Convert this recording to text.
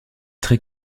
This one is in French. très